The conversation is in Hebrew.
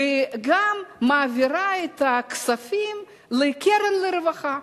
וגם מעבירה כספים לקרן רווחה.